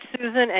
Susan